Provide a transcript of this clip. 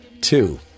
Two